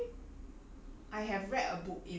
like or for me 我